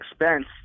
expense